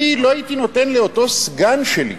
אני לא הייתי נותן לאותו סגן שלי,